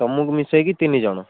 ତମକୁ ମିଶାଇକି ତିନି ଜଣ